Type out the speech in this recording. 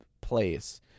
place